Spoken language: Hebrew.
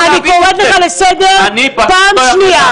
אדוני, אני קוראת לך לסדר פעם שנייה.